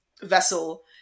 vessel